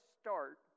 start